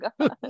god